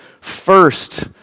first